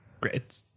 great